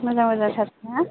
मोजां मोजांथार ना